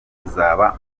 kuzaba